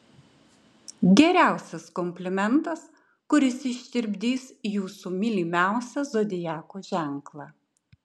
geriausias komplimentas kuris ištirpdys jūsų mylimiausią zodiako ženklą